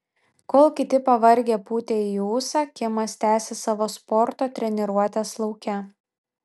kol kiti pavargę pūtė į ūsą kimas tęsė savo sporto treniruotes lauke